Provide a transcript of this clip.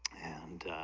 and